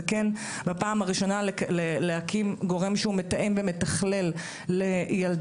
זה כן בפעם הראשונה להקים גורם שהוא מתאם ומתכלל לילדי